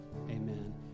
amen